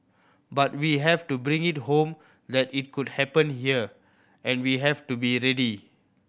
but we have to bring it home that it could happen here and we have to be ready